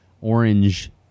orange